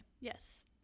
Yes